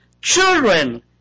Children